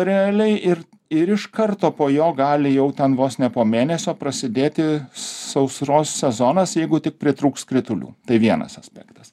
realiai ir ir iš karto po jo gali jau ten vos ne po mėnesio prasidėti sausros sezonas jeigu tik pritrūks kritulių tai vienas aspektas